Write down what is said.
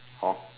hor